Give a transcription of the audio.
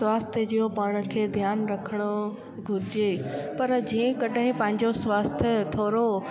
स्वास्थ्य जो पाण खे ध्यानु रखिणो घुरिजे पर जे कॾहिं पंहिंजो स्वास्थ्य थोरो